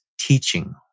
teaching